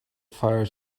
fire